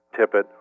Tippett